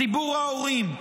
ציבור ההורים,